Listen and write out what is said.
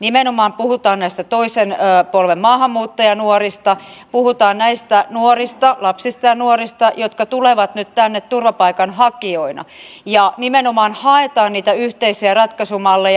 nimenomaan puhutaan näistä toisen polven maahanmuuttajanuorista puhutaan näistä lapsista ja nuorista jotka tulevat nyt tänne turvapaikanhakijoina ja nimenomaan haetaan niitä yhteisiä ratkaisumalleja